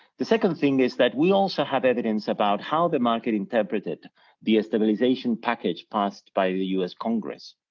the second thing is that we also have evidence about how the market interpreted the a stabilization package passed by the us congress.